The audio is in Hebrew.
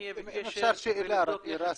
אם אפשר שאלה לראסם.